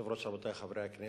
כבוד השרים וחברי חברי הכנסת,